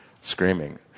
Screaming